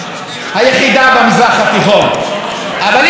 אבל אם אנחנו נמשיך איתכם או אם אנחנו נאפשר